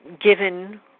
given